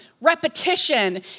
repetition